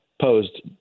posed